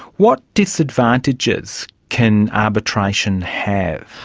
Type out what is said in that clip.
what disadvantages can arbitration have?